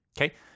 okay